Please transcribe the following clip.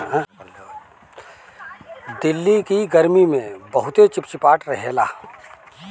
दिल्ली के गरमी में बहुते चिपचिपाहट रहेला